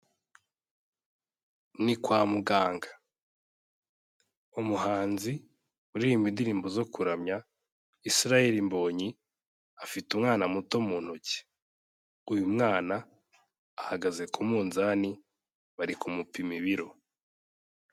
Ni kwa muganga, umuhanzi uririmba indirimbo zo kuramya, Israel Mbonyi afite umwana muto mu ntoki. Uyu mwana ahagaze ku munzani, bari kumupima ibiro.